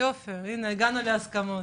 יופי, הגענו להסכמות.